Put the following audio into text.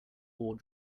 war